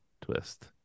twist